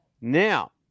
Now